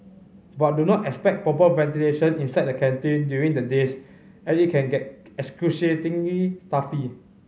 but do not expect proper ventilation inside the canteen during the days as it can get excruciatingly stuffy